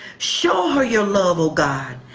show her your love, oh god,